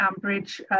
Ambridge